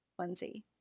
onesie